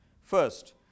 First